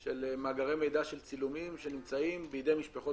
של מאגרי מידע של צילומים שנמצאים בידי משפחות